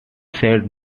said